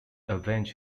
avenge